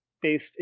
based